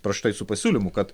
prieš tai su pasiūlymu kad